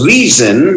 Reason